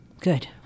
Good